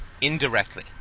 indirectly